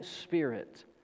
Spirit